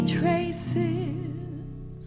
traces